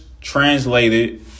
translated